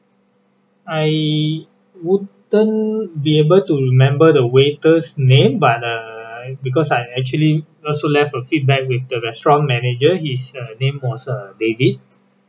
I wouldn't be able to remember the waiter's name but err because I actually also left a feedback with the restaurant manager his uh name was uh david